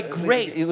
grace